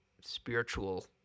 spiritual